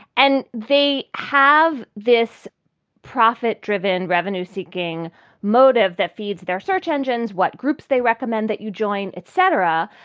and they have this profit driven, revenue seeking motive that feeds their search engines, what groups they recommend that you join, et cetera,